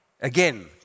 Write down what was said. again